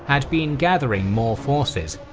had been gathering more forces,